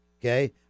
okay